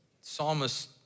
Psalmist